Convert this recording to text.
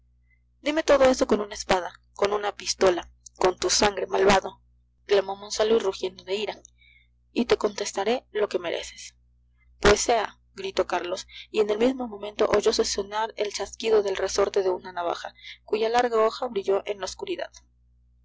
dime todo eso con una espada con una pistola con tu sangre malvado clamó monsalud rugiendo de ira y te contestaré lo que mereces pues sea gritó carlos y en el mismo momento oyose sonar el chasquido del resorte de una navaja cuya larga hoja brilló en la oscuridad